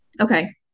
Okay